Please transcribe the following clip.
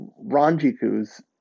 Ranjiku's